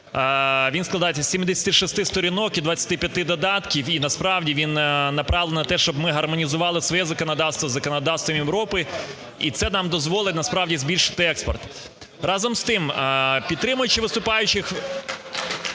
Він складається з 76 сторінок і 25 додатків. І насправді він направлений на те, щоб ми гармонізували своє законодавство із законодавством Європи. І це нам дозволить насправді збільшити експорт. Разом з тим, підтримуючи виступаючих,